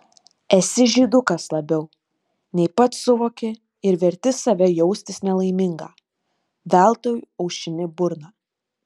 esi žydukas labiau nei pats suvoki ir verti save jaustis nelaimingą veltui aušini burną